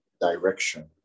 direction